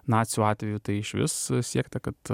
nacių atveju tai išvis siekta kad